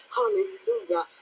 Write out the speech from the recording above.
hallelujah